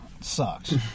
sucks